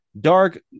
Dark